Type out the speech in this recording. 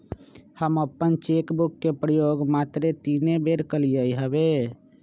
हम अप्पन cheque book के प्रयोग मातरे तीने बेर कलियइ हबे